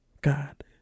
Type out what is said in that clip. God